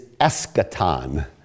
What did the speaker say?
eschaton